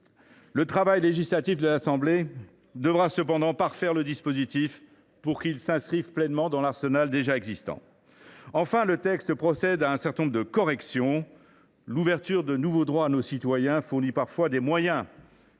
ce travail législatif, notamment à l’Assemblée nationale, devra parfaire le dispositif, afin qu’il s’inscrive pleinement dans l’arsenal existant. Enfin, le présent texte procède à un certain nombre de corrections. L’ouverture de nouveaux droits à nos concitoyens fournit parfois des moyens